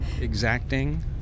Exacting